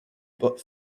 but